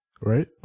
right